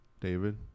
David